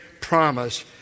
promise